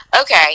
okay